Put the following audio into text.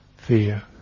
Fear